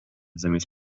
zamiast